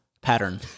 pattern